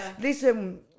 listen